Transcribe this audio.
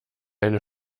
eine